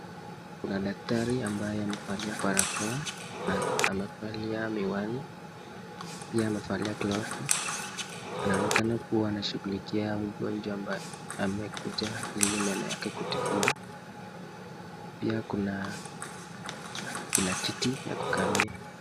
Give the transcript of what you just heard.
Kuna daktari ambaye amevalia barakoa, amevalila miwani, pia amevalia glovu, anaonekana kuwa anashughulikia mgonjwa ambaye amekuja, ili meno yake kutibiwa, pia kuna kiti ya kukalia.